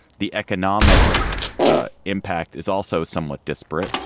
the economic impact is also somewhat disparate.